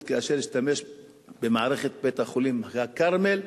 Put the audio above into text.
כאשר השתמש במערכת בית-החולים ה"כרמל"